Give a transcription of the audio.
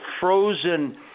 frozen